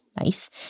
Nice